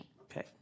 Okay